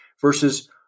versus